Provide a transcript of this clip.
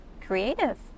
creative